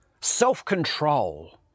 self-control